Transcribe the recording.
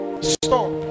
stop